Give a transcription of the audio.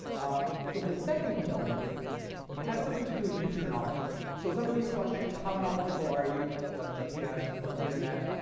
um, so for the second component, it had something to do with user knowledge. so some of these questions, how knowledgeable are you about gps, about the internet?